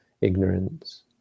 ignorance